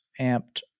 amped